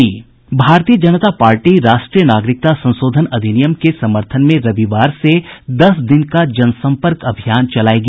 भारतीय जनता पार्टी राष्ट्रीय नागरिकता संशोधन अधिनियम के समर्थन में रविवार से दस दिन का जनसंपर्क अभियान चलाएगी